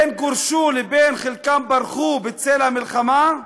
בין שגורשו ובין, חלקם, שברחו בצל המלחמה,